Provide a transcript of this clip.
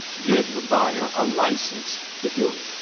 give the buyer a license to do it.